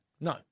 no